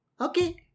Okay